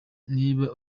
niba